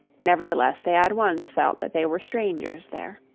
nevertheless they at once felt that they were strangers there.